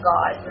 God